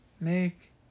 Make